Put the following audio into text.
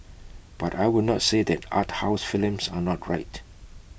but I will not say that art house films are not right